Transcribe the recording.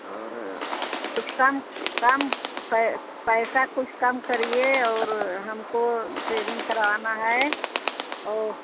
और कुछ कम कम पै पैसा कुछ कम करिए और हमको ट्रेमिंग करवाना है और